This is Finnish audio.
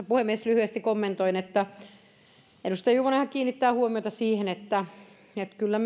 puhemies lyhyesti kommentoin että edustaja juvonenhan kiinnittää huomiota siihen että kyllä